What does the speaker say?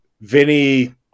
Vinny